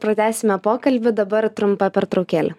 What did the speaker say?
pratęsime pokalbį dabar trumpa pertraukėlė